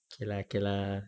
okay lah okay lah